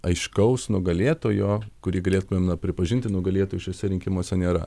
aiškaus nugalėtojo kurį galėtumėm pripažinti nugalėtojų šiuose rinkimuose nėra